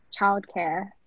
childcare